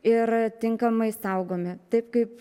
ir tinkamai saugomi taip kaip